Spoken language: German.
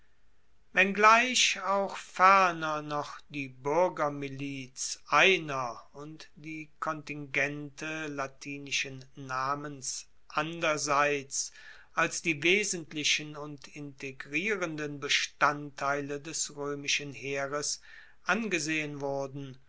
wenngleich auch ferner noch die buergermiliz einer und die kontingente latinischen namens anderseits als die wesentlichen und integrierenden bestandteile des roemischen heeres angesehen wurden